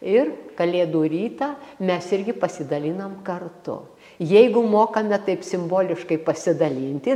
ir kalėdų rytą mes irgi pasidalinam kartu jeigu mokame taip simboliškai pasidalinti